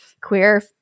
queer